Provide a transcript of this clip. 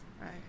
Right